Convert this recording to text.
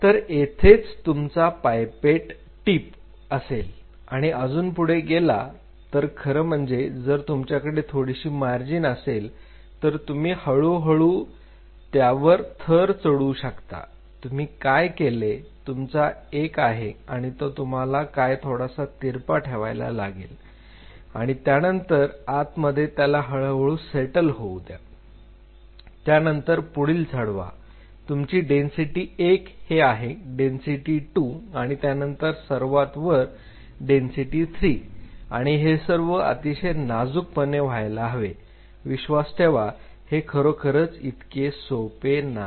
तर येथेच तुमचा पाइपेट टीप असेल आणि अजून पुढे गेला तर खरं म्हणजे जर तुमच्याकडे थोडीशी मार्जिन असेल तर तुम्ही हळूहळू त्यावर थर चढवू शकता तुम्ही काय केले तुमचा एक आहे आणि तो तुम्हाला काय थोडासा तिरपा ठेवायला लागेल आणि त्यानंतर आत मध्ये त्याला हळू सेटल होउ द्या आणि त्यानंतर पुढील चढवा आहे तुमची डेन्सिटी 1 हे आहे डेन्सिटी 2 आणि त्यानंतर सर्वात वर डेन्सिटी 3 आणि हे सर्व अतिशय नाजूकपणे व्हायला हवे विश्वास ठेवा हे खरोखरच इतके सोपे नाही